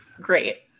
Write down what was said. great